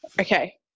Okay